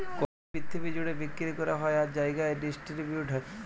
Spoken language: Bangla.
কফি পিরথিবি জ্যুড়ে বিক্কিরি ক্যরা হ্যয় আর জায়গায় ডিসটিরিবিউট হ্যয়